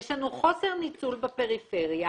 יש לנו חוסר ניצול בפריפריה,